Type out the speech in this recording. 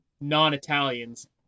non-Italians